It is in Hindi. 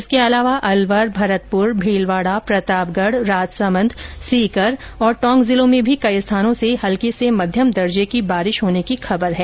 इसके अलावा अलवर भरतपुर भीलवाड़ा प्रतापगढ़ राजसमंद सीकर और टोंक जिलों में भी कई स्थानों से हल्की से मध्यम दर्जे की बारिश होने की खबर है